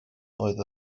oedd